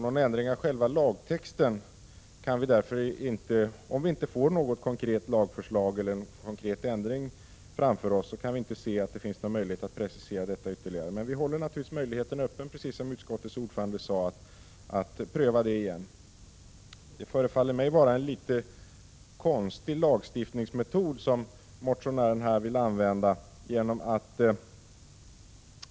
Någon ändring av själva lagtexten kan vi därför inte tillstyrka, om vi inte får ett konkret lagförslag som skulle kunna precisera reglerna ytterligare. Vi håller naturligtvis möjligheten att pröva detta igen öppen, precis som utskottets ordförande sade. Det förefaller mig dock vara en något konstig lagstiftningsmetod som motionären här vill använda.